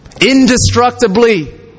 Indestructibly